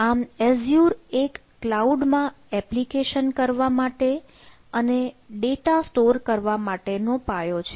આમ એઝ્યુર એક કલાઉડ માં એપ્લિકેશન કરવા માટે અને ડેટા સ્ટોર કરવા માટેનો પાયો છે